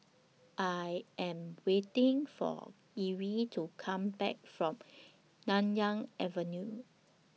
I Am waiting For Erie to Come Back from Nanyang Avenue